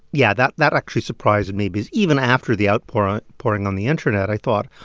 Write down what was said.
yeah, that that actually surprised me because even after the outpouring outpouring on the internet, i thought,